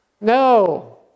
No